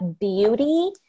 beauty